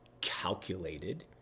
calculated